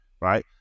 right